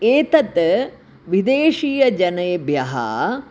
एतत् विदेशीय जनेभ्यः